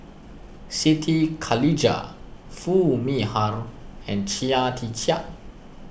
Siti Khalijah Foo Mee Har and Chia Tee Chiak